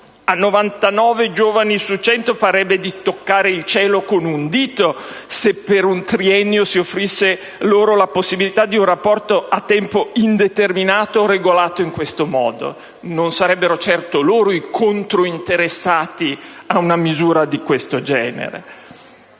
a 99 giovani su 100 parrebbe di toccare il cielo con un dito se per un triennio si offrisse loro la possibilità di un rapporto a tempo indeterminato regolato in questo modo. Non sarebbero certo loro i controinteressati a una misura di questo genere.